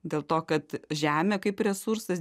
dėl to kad žemė kaip resursas